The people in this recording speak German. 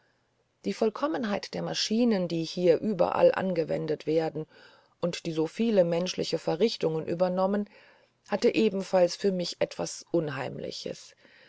die vollkommenheit der maschinen die hier überall angewendet werden und so viele menschliche verrichtungen übernommen hatte ebenfalls für mich etwas unheimliches